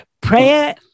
Prayer